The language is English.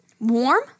Warm